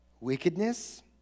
Wickedness